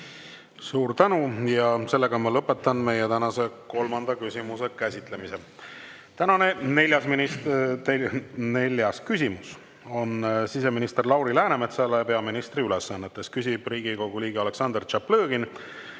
Suur tänu! Lõpetan meie tänase kolmanda küsimuse käsitlemise. Tänane neljas küsimus on siseminister Lauri Läänemetsale peaministri ülesannetes. Küsib Riigikogu liige Aleksandr Tšaplõgin